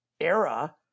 era